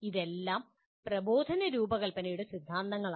ഇതെല്ലാം പ്രബോധന രൂപകൽപ്പനയുടെ സിദ്ധാന്തങ്ങളാണ്